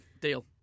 deal